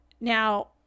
Now